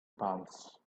palms